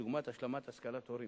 דוגמת השלמת השכלת הורים.